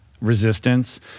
resistance